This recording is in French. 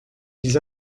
ils